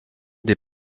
des